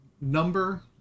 number